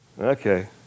Okay